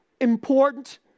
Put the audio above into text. important